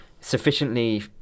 sufficiently